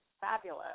fabulous